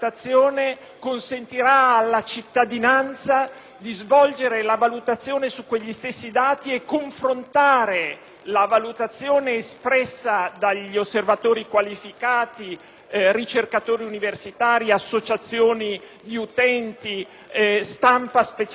di svolgere la valutazione sulla base degli stessi dati e di confrontare la valutazione espressa dagli osservatori qualificati, ricercatori universitari, associazioni di utenti, stampa specializzata, con quella del